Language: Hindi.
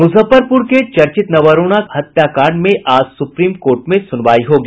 मुजफ्फरपुर के चर्चित नवरूणा हत्याकांड में आज सुप्रीम कोर्ट में सुनवाई होगी